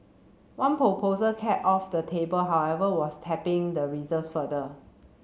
one proposal kept off the table however was tapping the reserves further